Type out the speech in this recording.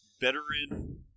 veteran